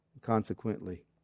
consequently